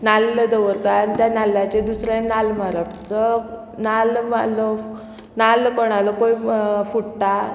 नाल्ल दवरता आनी त्या नाल्लाचेर दुसऱ्या नाल्ल मारप जो नाल्ल मारलो नाल्ल कोणालो पळय फुट्टा